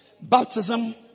baptism